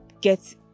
get